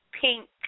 pink